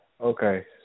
okay